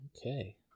Okay